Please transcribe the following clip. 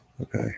Okay